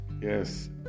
yes